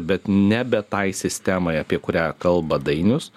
bet nebe tai sistemai apie kurią kalba dainius